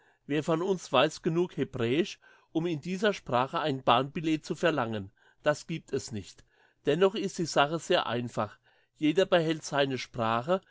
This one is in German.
wer von uns weiss genug hebräisch um in dieser sprache ein bahnbillet zu verlangen das gibt es nicht dennoch ist die sache sehr einfach jeder behält seine sprache